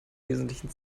wesentlichen